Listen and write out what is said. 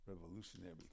revolutionary